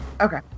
Okay